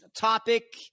topic